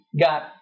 got